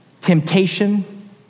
temptation